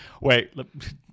Wait